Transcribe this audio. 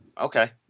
Okay